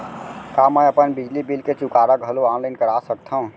का मैं अपन बिजली बिल के चुकारा घलो ऑनलाइन करा सकथव?